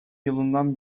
yılından